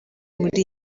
muri